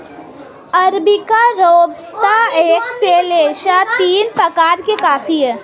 arabica robusta excelsa तीन प्रकार के कॉफी हैं